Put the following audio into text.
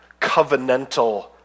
covenantal